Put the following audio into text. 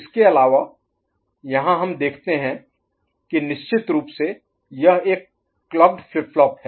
इसके अलावा यहां हम देखते हैं कि निश्चित रूप से यह एक क्लॉकेड फ्लिप फ्लॉप है